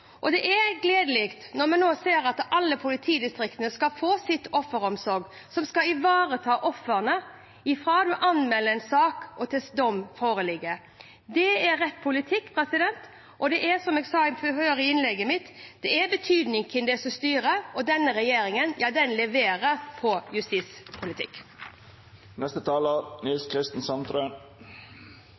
offeromsorgskontor. Det er gledelig når vi nå ser at alle politidistriktene skal få sitt offeromsorgskontor som skal ivareta ofrene fra de anmelder en sak, til dom foreligger. Det er rett politikk, og det er som jeg sa før i innlegget mitt: Det har betydning hvem det er som styrer, og denne regjeringen leverer på